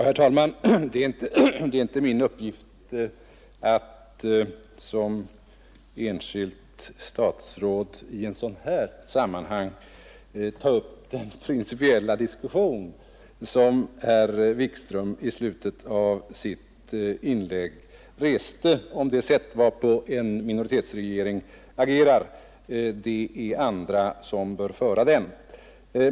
Herr talman! Det är inte min uppgift att som enskilt statsråd i ett sådant här sammanhang föra den principiella diskussion som herr Wikström i slutet av sitt inlägg tog upp om det sätt varpå en minoritetsregering agerar. Det är andra som bör föra den.